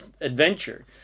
adventure